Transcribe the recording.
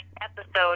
episode